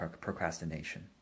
procrastination